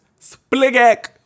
Spligak